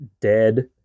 dead